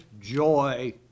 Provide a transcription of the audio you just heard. joy